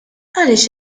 għaliex